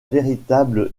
véritable